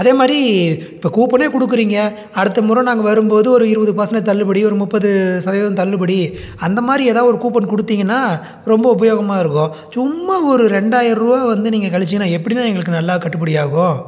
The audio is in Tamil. அதே மாதிரி இப்போ கூப்பனே கொடுக்குறீங்க அடுத்த முறை நாங்கள் வரும் போது ஒரு இருபது பர்சன்டேஜ் தள்ளுபடி ஒரு முப்பது சதவீதம் தள்ளுபடி அந்த மாதிரி எதாது ஒரு கூப்பன் கொடுத்தீங்கன்னா ரொம்ப உபயோகமாக இருக்கும் சும்மா ஒரு ரெண்டாயிருபா வந்து நீங்கள் கழிச்சிங்கான எப்படிண்ணா எங்களுக்கு நல்லா கட்டுப்படி ஆகும்